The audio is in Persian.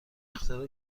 اختراع